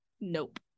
Nope